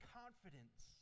confidence